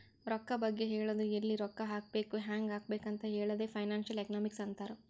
ರೊಕ್ಕಾ ಬಗ್ಗೆ ಹೇಳದು ಎಲ್ಲಿ ರೊಕ್ಕಾ ಹಾಕಬೇಕ ಹ್ಯಾಂಗ್ ಹಾಕಬೇಕ್ ಅಂತ್ ಹೇಳದೆ ಫೈನಾನ್ಸಿಯಲ್ ಎಕನಾಮಿಕ್ಸ್ ಅಂತಾರ್